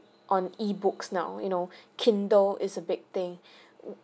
on E books now you know kindle is a big thing